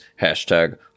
hashtag